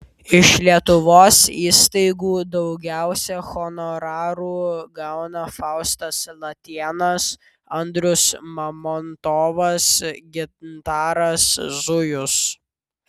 iš lietuvos įstaigų daugiausiai honorarų gauna faustas latėnas andrius mamontovas gintaras zujus